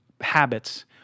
habits